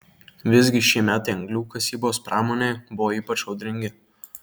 visgi šie metai anglių kasybos pramonei buvo ypač audringi